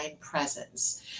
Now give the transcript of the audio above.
presence